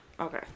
Okay